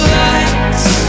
lights